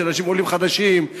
יש עולים חדשים,